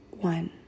one